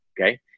okay